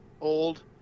old